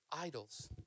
idols